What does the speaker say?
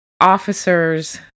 officers